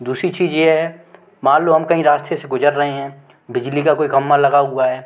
दूसरी चीज़ ये है मान लो हम कहीं रास्ते से गुज़र रहे हैं बिजली का कोई खंभा लगा हुआ है